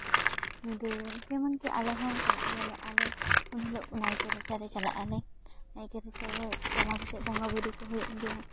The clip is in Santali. ᱧᱤᱫᱟᱹ ᱡᱮᱢᱚᱱᱠᱤ ᱟᱞᱮᱦᱚᱸ ᱪᱟᱞᱟᱜ ᱜᱮᱭᱟᱞᱮ ᱟᱞᱮ ᱩᱱᱦᱤᱞᱳᱜ ᱱᱟᱭᱠᱮ ᱨᱟᱪᱟᱨᱮ ᱪᱟᱞᱟᱜ ᱟᱞᱮ ᱱᱟᱭᱠᱮ ᱨᱟᱪᱟᱨᱮ ᱪᱟᱞᱟᱣ ᱠᱟᱛᱮᱜ ᱵᱚᱸᱜᱟᱼᱵᱩᱨᱩ ᱠᱚ ᱦᱩᱭᱩᱜ ᱜᱮᱭᱟ